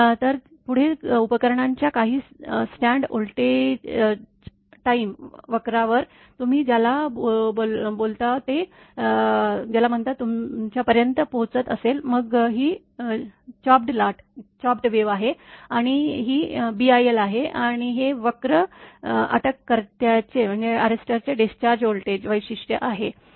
तर पुढे उपकरणांच्या काही स्टँड व्होल्टेज टाइम वक्रावर तुम्ही ज्याला बोलावता ते तुमच्यापर्यंत पोहोचत असेल मग ही चिरलेली लाट आहे आणि ही बीआयएल आहे आणि हे वक्र अटक कर्त्याचे डिस्चार्ज व्होल्टेज वैशिष्ट्य आहे